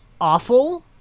awful